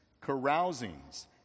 carousings